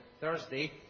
Thursday